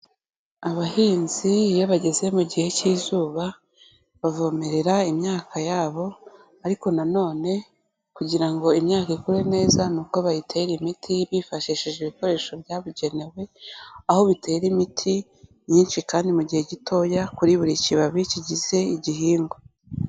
Abahinzi iyo bageze mu gihe cy'izuba bavomerera imyaka yabo, ariko na none, kugira ngo imyaka ikure neza, ni uko bayitera imiti bifashishije ibikoresho byabugenewe aho bitera imiti myinshi kandi mu gihe gitoya kuri buri kibabi kigize igihingwa.